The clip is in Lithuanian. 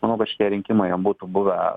manau kad šitie rinkimai jiem būtų buvę